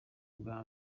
bwa